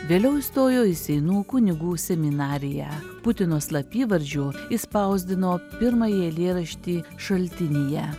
vėliau įstojo į seinų kunigų seminariją putino slapyvardžiu išspausdino pirmąjį eilėraštį šaltinyje